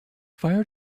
fire